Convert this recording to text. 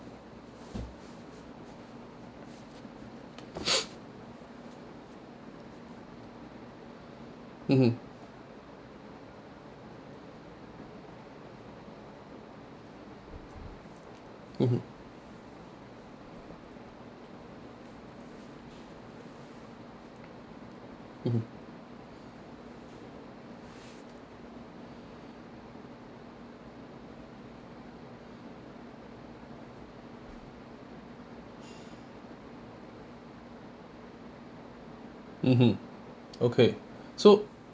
mmhmm mmhmm mmhmm mmhmm okay so